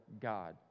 God